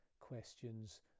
questions